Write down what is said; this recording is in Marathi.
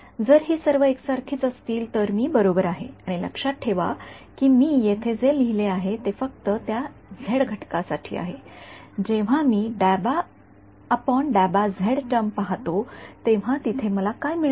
जर ही सर्व एकसारखीच असतील तर मी बरोबर आहे आणि लक्षात ठेवा की मी येथे जे लिहिले आहे ते फक्त त्या झेड घटकासाठी आहे जेव्हा मी टर्म पहातो तेव्हा तिथे मला काय मिळेल